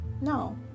no